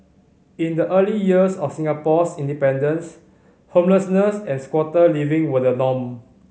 in the early years of Singapore's independence homelessness and squatter living were the norm